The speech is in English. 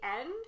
end